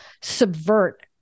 subvert